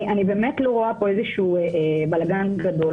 אני באמת לא רואה פה בלגן גדול,